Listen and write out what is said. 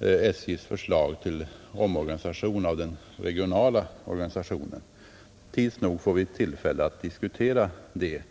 av SJ: förslag till ändring av den regionala organisationen. Tids nog får vi tillfälle att diskutera den.